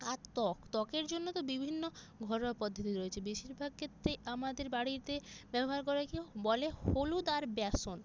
আর ত্বক ত্বকের জন্য তো বিভিন্ন ঘরোয়া পদ্ধতি রয়েছে বেশিরভাগ ক্ষেত্রেই আমাদের বাড়িতে ব্যবহার করা হয় কি বলে হলুদ আর বেসন